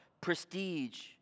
prestige